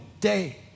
day